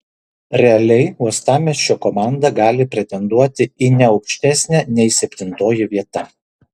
realiai uostamiesčio komanda gali pretenduoti į ne aukštesnę nei septintoji vieta